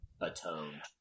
atone